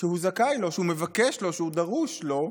זכאי לו, שהוא מבקש, שדרוש לו,